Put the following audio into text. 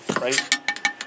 right